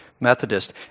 Methodist